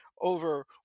over